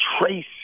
trace